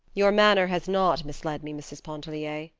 your manner has not misled me, mrs. pontellier,